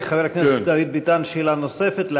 חבר הכנסת דוד ביטן, שאלה נוספת.